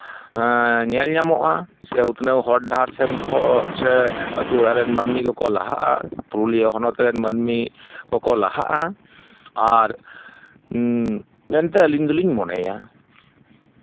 ᱧᱮᱞ ᱧᱟᱢᱚᱜᱼᱟ ᱥᱮ ᱩᱛᱱᱟᱹᱣ ᱦᱚᱨ ᱰᱟᱦᱟᱨ ᱥᱮᱱ ᱠᱷᱚᱱ ᱥᱮ ᱟᱹᱛᱩ ᱚᱲᱟᱜ ᱨᱮᱱ ᱢᱟᱹᱱᱢᱤ ᱠᱚᱠᱚ ᱞᱟᱦᱟᱜᱼᱟ ᱯᱩᱨᱩᱞᱤᱭᱟᱹ ᱦᱚᱱᱚᱛ ᱨᱮᱱ ᱢᱟᱹᱱᱢᱤ ᱠᱚᱠᱚ ᱞᱟᱦᱟᱜᱼᱟ ᱟᱨ ᱢᱮᱱᱛᱮ ᱟᱹᱞᱤᱧ ᱫᱚᱞᱤᱧ ᱢᱚᱱᱮᱭᱟ